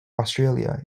australia